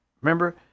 Remember